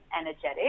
energetic